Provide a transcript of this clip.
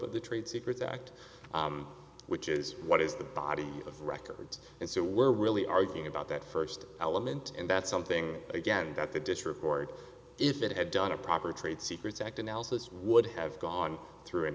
of the trade secrets act which is what is the body of records and so we're really arguing about that first element and that's something again that the district court if it had done a proper trade secrets act analysis would have gone through an